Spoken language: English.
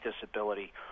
disability